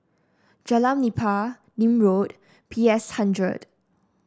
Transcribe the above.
Jalan Nipah Nim Road P S hundred